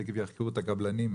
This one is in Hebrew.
תיכף יחקרו את הקבלנים.